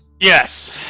Yes